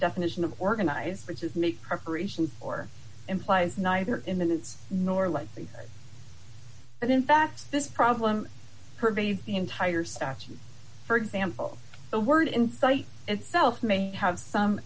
definition of organized which is make preparations or implies neither in its nor likely but in fact this problem pervades the entire statute for example the word insight itself may have some